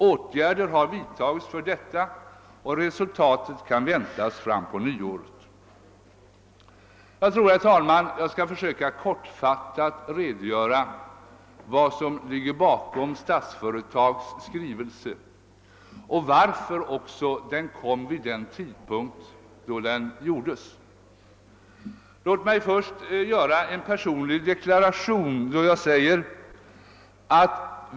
Åtgärder har vidtagits för detta och resultatet kan väntas fram på nyåret.» Jag skall försöka att kortfattat redogöra för vad som ligger bakom Statsföretags skrivelse och varför den avgavs vid den tidpunkten. Låt mig först göra en personlig deklaration.